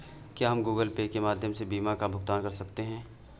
क्या हम Google Pay के माध्यम से बीमा का भुगतान कर सकते हैं?